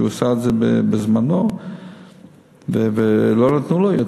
שעשה את זה בזמנו ולא נתנו לו יותר.